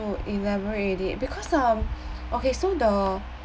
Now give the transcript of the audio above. elaborate already because um okay so the